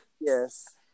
yes